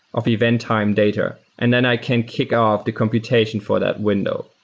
of event time data, and then i can kick-off the computation for that window.